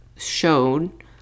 showed